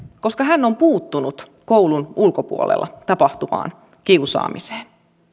koska hän on puuttunut koulun ulkopuolella tapahtuvaan kiusaamiseen